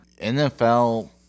NFL